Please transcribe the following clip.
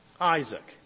Isaac